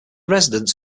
residence